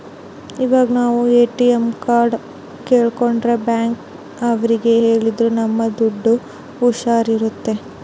ಇವಾಗ ನಾವ್ ATM card ಕಲ್ಕೊಂಡ್ರೆ ಬ್ಯಾಂಕ್ ಅವ್ರಿಗೆ ಹೇಳಿದ್ರ ನಮ್ ದುಡ್ಡು ಹುಷಾರ್ ಇರುತ್ತೆ